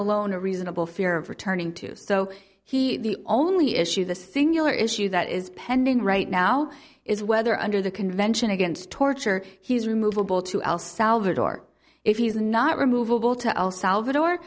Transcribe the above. alone a reasonable fear of returning to so he the only issue the singular issue that is pending right now is whether under the convention against torture he's removable to el salvador if he's not removable to el salvador